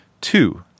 Two